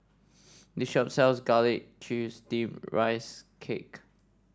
this shop sells Garlic Chives Steamed Rice Cake